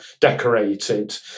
decorated